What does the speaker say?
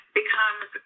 becomes